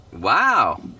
Wow